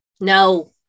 No